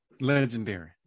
legendary